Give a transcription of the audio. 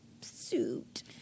suit